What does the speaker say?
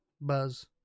buzz